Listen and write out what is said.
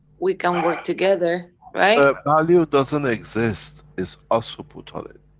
we can work together, right? the value doesn't exist, it's us who put on it,